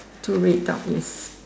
two red dot yes